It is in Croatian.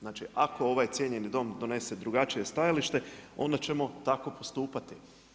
Znači, ako ovaj cijenjeni Dom donese drugačije stajalište, onda ćemo tako postupati.